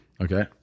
Okay